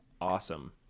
awesome